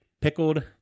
pickled